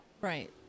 Right